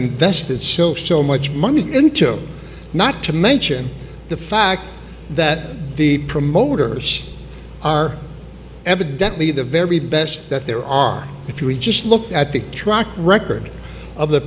been vested still so much money into not to mention the fact that the promoters are evidently the very best that there are if you just look at the track record of the